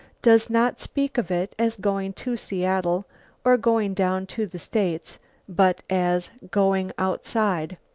does not speak of it as going to seattle or going down to the states but as going outside?